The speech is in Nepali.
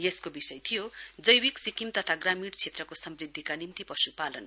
यसको विषय थियो जैविक सिक्किम तथा ग्रामीण क्षेत्रको समृद्धियका निम्ति पशुपालन